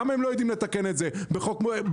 למה הם לא יודעים לתקן את זה בחוק ההסדרים?